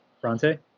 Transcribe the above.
Bronte